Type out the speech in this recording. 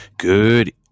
Good